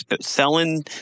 selling